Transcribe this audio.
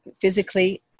physically